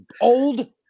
old